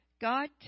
God